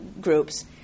groups